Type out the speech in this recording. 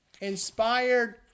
inspired